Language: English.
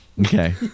Okay